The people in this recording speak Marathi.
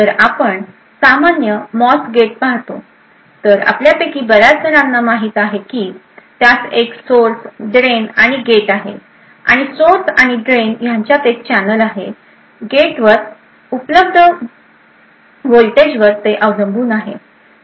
तर आपण सामान्य मॉस गेट पाहतो तरआपल्यापैकी बर्याचजणांना माहिती आहे की त्यास एक सोर्स ड्रेन आणि गेट आहे आणि सोर्स आणि ड्रेन यांच्यात एक चॅनेल आहे गेटवर उपलब्ध व्होल्टेजवर अवलंबून आहे